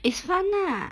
it's fun ah